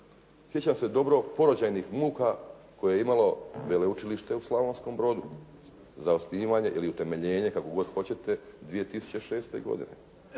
sjećam se dobro porođajnih muka koje je imalo Veleučilište u Slavonskom Brodu za osnivanje ili utemeljenje, kako god hoćete 2006. godine.